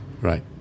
right